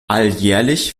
alljährlich